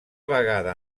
vegada